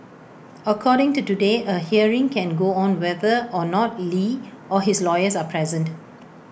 according to today A hearing can go on whether or not li or his lawyers are present